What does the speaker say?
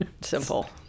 Simple